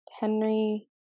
Henry